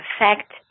effect